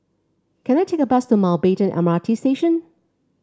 can I take a bus to Mountbatten M R T Station